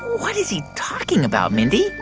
what is he talking about, mindy?